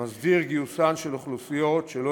המסדיר את גיוסן של אוכלוסיות שלא